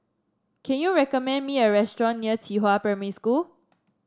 can you recommend me a restaurant near Qihua Primary School